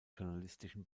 journalistischen